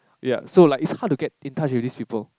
ya so like it's hard to get in touch with these people